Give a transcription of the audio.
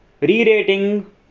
re-rating